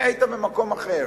היית במקום אחר,